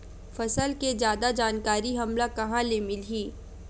फसल के जादा जानकारी हमला कहां ले मिलही?